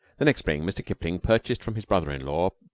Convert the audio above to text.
the next spring mr. kipling purchased from his brother-in-law,